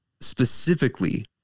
specifically